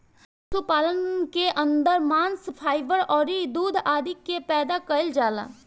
पशुपालन के अंदर मांस, फाइबर अउरी दूध आदि के पैदा कईल जाला